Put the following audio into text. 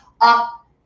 up